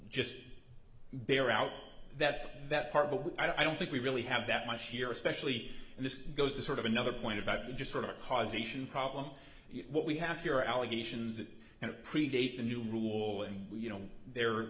just bear out that that part but i don't think we really have that much here especially and this goes to sort of another point about just sort of a causation problem what we have here allegations that and appreciate the new rule and you know they're